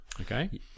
okay